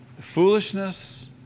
Foolishness